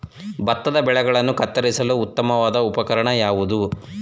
ಭತ್ತದ ಬೆಳೆಗಳನ್ನು ಕತ್ತರಿಸಲು ಉತ್ತಮವಾದ ಉಪಕರಣ ಯಾವುದು?